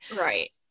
right